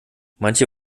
manche